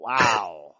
Wow